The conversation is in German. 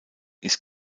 ist